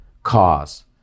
cause